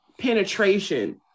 penetration